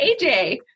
AJ